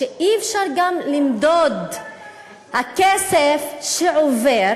אי-אפשר גם למדוד את הכסף שעובר